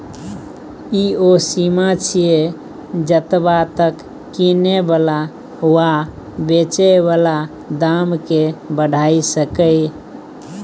ई ओ सीमा छिये जतबा तक किने बला वा बेचे बला दाम केय बढ़ाई सकेए